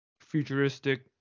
futuristic